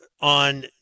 on